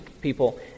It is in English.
people